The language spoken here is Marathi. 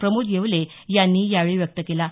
प्रमोद येवले यांनी यावेळी व्यक्त केला आहे